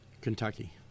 Kentucky